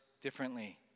differently